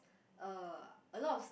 uh a lot of s~